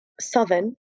southern